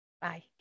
Bye